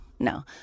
No